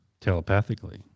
telepathically